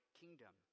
kingdom